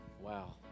Wow